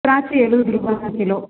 திராட்ச எழுவது ரூபாய்ங்க கிலோ